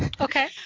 Okay